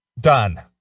Done